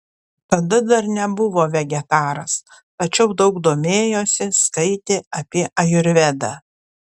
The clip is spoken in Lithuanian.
tada dar nebuvo vegetaras tačiau daug domėjosi skaitė apie ajurvedą